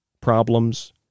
problems